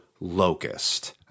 locust